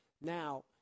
Now